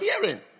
hearing